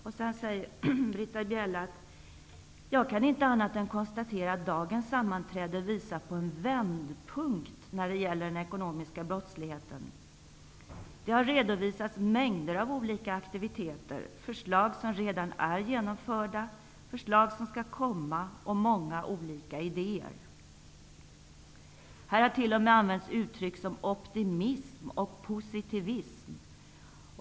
Britta Bjelle säger vidare: Jag kan inte annat än konstatera att dagens sammanträde visat på en vändpunkt när det gäller den ekonomiska brottsligheten. Det har redovisats mängder av olika aktiviteter, förslag som redan är genomförda, förslag som skall komma och många idéer. Här har t.o.m. använts uttryck som optimism och positivism.